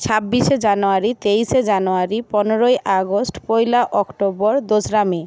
ছাব্বিশে জানোয়ারি তেইশে জানোয়ারি পনেরোই আগস্ট পয়লা অক্টোবর দোসরা মে